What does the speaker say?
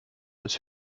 ist